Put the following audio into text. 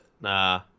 Nah